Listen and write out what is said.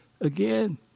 again